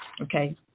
okay